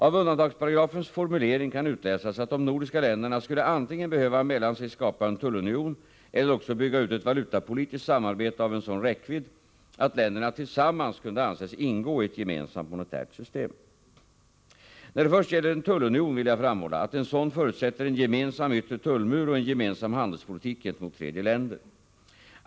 Av undantagsparagrafens formulering kan utläsas att de nordiska länderna antingen skulle behöva mellan sig skapa en tullunion eller också bygga ut ett valutapolitiskt samarbete av en sådan räckvidd att länderna tillsammans kunde anses ingå i ett gemensamt monetärt system. När det först gäller en tullunion vill jag framhålla att en sådan förutsätter en gemensam yttre tullmur och en gemensam handelspolitik gentemot kategorin tredje land.